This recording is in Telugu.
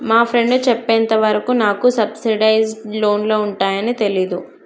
మా ఫ్రెండు చెప్పేంత వరకు నాకు సబ్సిడైజ్డ్ లోన్లు ఉంటయ్యని తెలీదు